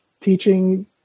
teaching